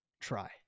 try